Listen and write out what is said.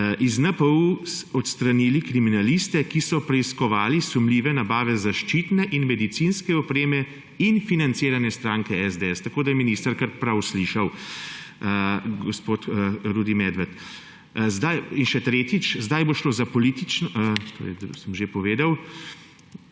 iz NPU odstranili kriminaliste, ki so preiskovali sumljive nabave zaščitne in medicinske opreme in financiranje stranke SDS. Tako da je minister kar prav slišal, gospod Rudi Medved. Se pravi, dvakrat je dosledno omenjeno